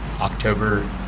October